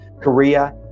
korea